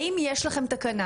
האם יש לכם תקנה,